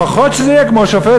לפחות שזה יהיה כמו שופט,